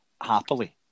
happily